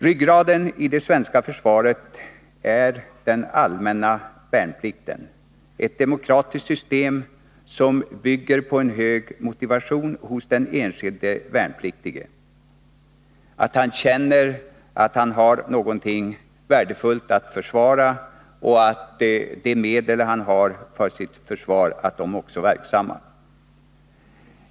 Ryggraden i det svenska försvaret är den allmänna värnplikten, ett demokratiskt system som bygger på en hög motivation hos den enskilde värnpliktige, så att han känner att han har någonting värdefullt att försvara och att de medel som han har till sitt försvar också är verksamma.